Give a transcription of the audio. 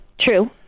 True